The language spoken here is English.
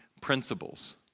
principles